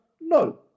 No